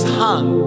hung